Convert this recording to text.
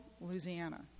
Louisiana